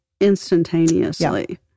instantaneously